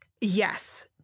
Yes